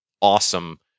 awesome